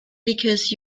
because